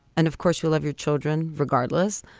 and of course, you love your children regardless.